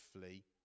flee